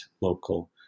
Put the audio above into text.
local